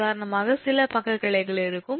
உதாரணமாக சில பக்க கிளைகள் இருக்கும்